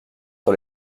sur